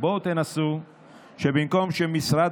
המטרה של ההצעה הזאת היא למנוע את הסיטואציה שבעל סמכות,